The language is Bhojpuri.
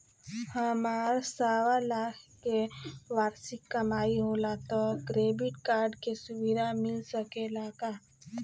हमार सवालाख के वार्षिक कमाई होला त क्रेडिट कार्ड के सुविधा मिल सकेला का?